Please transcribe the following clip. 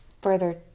further